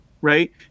right